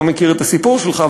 אני לא מכיר את הסיפור שלך,